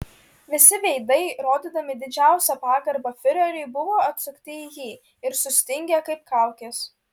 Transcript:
visi veidai rodydami didžiausią pagarbą fiureriui buvo atsukti į jį ir sustingę kaip kaukės